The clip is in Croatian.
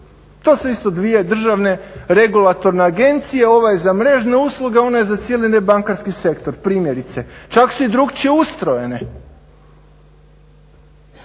To su isto dvije državne regulatorne agencije, ova je za mrežne usluge, ona je za cijeli nebankarski sektor primjerice. Čak su i drukčije ustrojene.